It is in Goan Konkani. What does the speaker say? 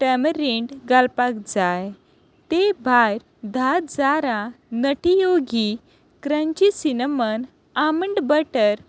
टॅमरींड घालपाक जाय ते भायर धा जारा nutty yogi crunchy cinnamon almond butter